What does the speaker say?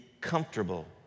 comfortable